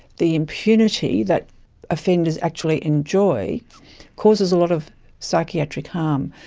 the impunity that offenders actually enjoy causes a lot of psychiatric harm.